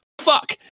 fuck